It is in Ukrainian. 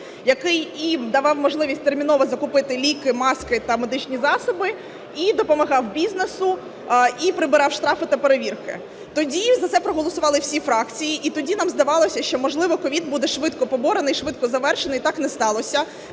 який і давав можливість терміново закупити ліки, маски та медичні засоби і допомагав бізнесу, і прибирав штрафи та перевірки. Тоді за це проголосували всі фракції і тоді нам здавалося, що, можливо, COVID буде швидко поборений, швидко завершений. Так не сталося.